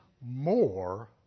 more